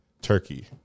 turkey